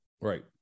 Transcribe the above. Right